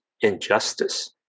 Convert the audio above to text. injustice